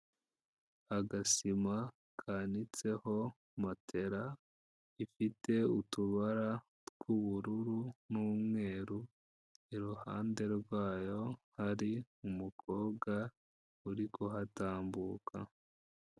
Agasima kanitseho matera ifite utubara tw'ubururu n'umweru, iruhande rwayo hari umukobwa uri kuhatambuka.